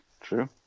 True